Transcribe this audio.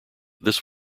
this